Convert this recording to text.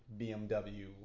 BMW